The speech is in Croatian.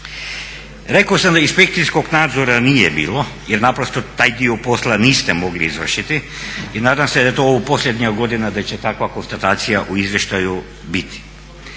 Rekao sam da inspekcijskog nadzora nije bilo, jer naprosto taj dio posla niste mogli izvršiti i nadam se da je to, ovo posljednja godina da će takva konstatacija u izvještaju biti.